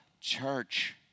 church